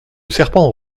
serpent